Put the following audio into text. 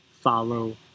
follow